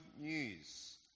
news